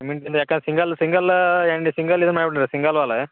ಸಿಮೆಂಟಿಂದು ಯಾಕಂದ್ರೆ ಸಿಂಗಲ್ ಸಿಂಗಲಾ ಯಾಂಡಿ ಸಿಂಗಲ್ ಇದು ಮಾಡಿ ಬಿಡ್ರಿ ಸಿಂಗಲ್ ವಾಲ್